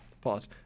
Pause